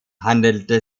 handelte